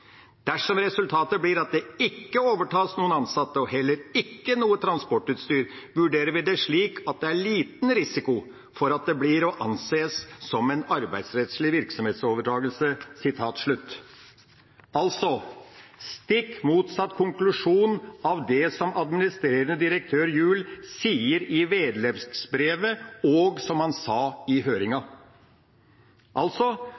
Dersom resultatet blir at det ikke overtas noen ansatte og heller ikke noe transportutstyr vurderer vi det slik at det er liten risiko for at dette blir å anses som en arbeidsrettslig virksomhetsoverdragelse.» Altså: Stikk motsatt konklusjon av det som administrerende direktør Juell sier i vedleggsbrevet, og som han sa i